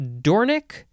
Dornick